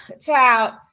child